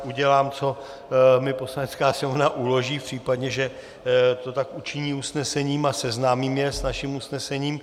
Udělám, co mi Poslanecká sněmovna uloží, v případě, že to tak učiní usnesením, a seznámím je s naším usnesením.